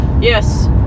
yes